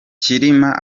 cyilima